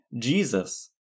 Jesus